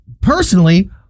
personally